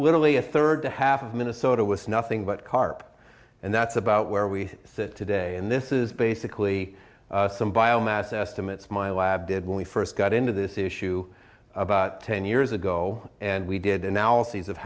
literally a third to half of minnesota was nothing but carp and that's about where we sit today and this is basically some biomass estimates my lab did when we first got into this issue about ten years ago and we did analyses of